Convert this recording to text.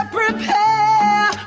prepare